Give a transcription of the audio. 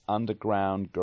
Underground